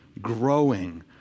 growing